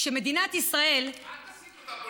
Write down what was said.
כשמדינת ישראל, את עשית אותה פוליטיקה.